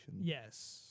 Yes